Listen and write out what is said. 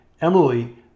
Emily